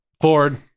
Ford